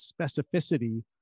specificity